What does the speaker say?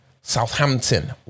Southampton